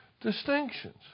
distinctions